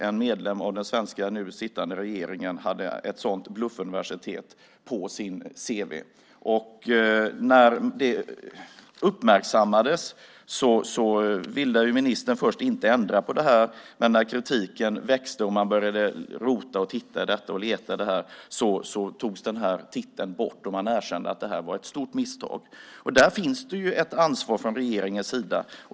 En medlem av den svenska nu sittande regeringen hade ett sådant bluffuniversitet på sitt cv. När det uppmärksammades ville ministern först inte ändra på det, men när kritiken växte och man började rota, titta och leta i det togs titeln bort. Man erkände att det var ett stort misstag. Där finns det ett ansvar från regeringens sida.